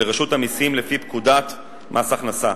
לרשות המסים לפי פקודת מס הכנסה.